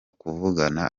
kuvugana